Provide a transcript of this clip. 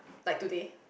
by today